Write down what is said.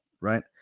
Right